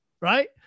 Right